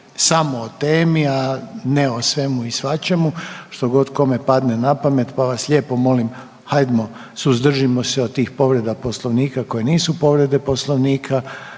samo o temi a ne o svemu i svačemu, što god kome padne napamet, pa vas lijepo molimo, hajdmo, suzdržimo se od tih povreda Poslovnika koje nisu povrede Poslovnika